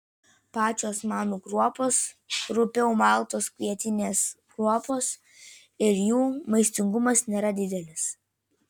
pačios manų kruopos rupiau maltos kvietinės kruopos ir jų maistingumas nėra didelis